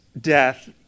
death